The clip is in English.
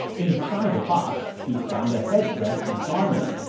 inside the box, he found a headdress and a garment.